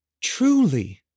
Truly